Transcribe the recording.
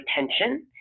retention